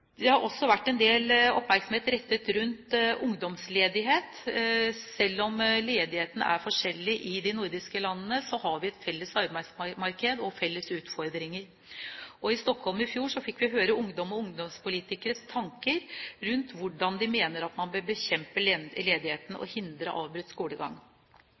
Det har også vært en del oppmerksomhet rettet mot ungdomsledighet. Selv om ledigheten er forskjellig i de nordiske landene, har vi et felles arbeidsmarked og felles utfordringer. I Stockholm i fjor fikk vi høre ungdom og ungdomspolitikeres tanker rundt hvordan de mener at man bør bekjempe ledigheten og hindre avbrutt skolegang.